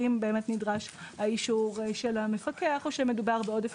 האם באמת נדרש האישור של המפקח או שמדובר בעודף